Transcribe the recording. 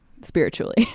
spiritually